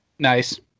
Nice